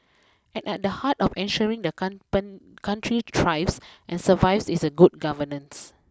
and at the heart of ensuring the country thrives and survives is good governance